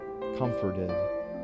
comforted